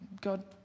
God